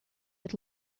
had